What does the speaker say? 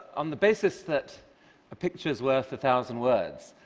on the basis that a picture is worth a thousand words,